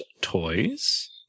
toys